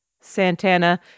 Santana